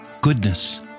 goodness